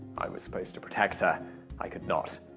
i was supposed to protect her i could not.